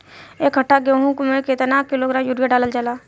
एक कट्टा गोहूँ में केतना किलोग्राम यूरिया डालल जाला?